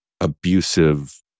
abusive